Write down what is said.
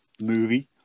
movie